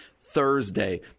Thursday